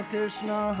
Krishna